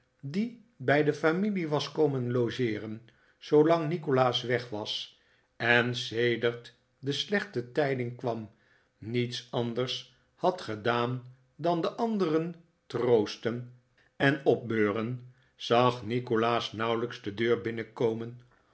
die bij de familie was komen logeeren zoolang nikolaas weg was en sedert de slechte tijding kwam niets anders had gedaan dan de anderen troosten en opbeuren zag nikolaas nauwelijks de deur binnenkomen